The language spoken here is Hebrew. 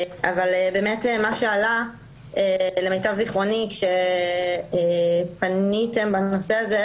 מה שעלה למיטב זיכרוני עת פניתם בנושא הזה